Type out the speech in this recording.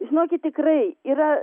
žinokit tikrai yra